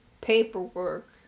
paperwork